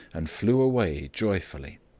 and flew away joyfully.